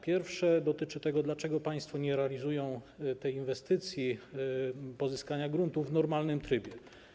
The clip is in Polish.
Pierwsze dotyczy tego, dlaczego państwo nie realizują tej inwestycji pozyskania gruntów w normalnym trybie.